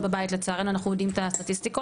בבית לצערנו אנחנו יודעים את הסטטיסטיקות,